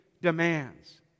demands